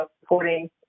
supporting